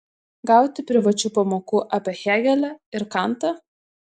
gauti privačių pamokų apie hėgelį ir kantą